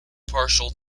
partial